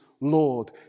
Lord